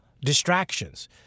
distractions